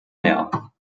näher